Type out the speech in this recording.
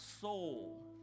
soul